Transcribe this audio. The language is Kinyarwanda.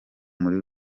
muri